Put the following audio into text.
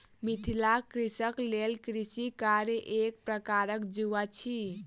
मिथिलाक कृषकक लेल कृषि कार्य एक प्रकारक जुआ अछि